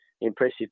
impressive